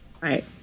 Right